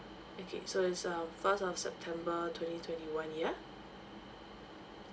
okay so it's uh first of september twenty twenty one ya